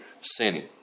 sinning